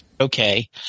Okay